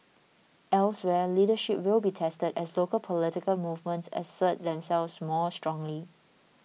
elsewhere leadership will be tested as local political movements assert themselves more strongly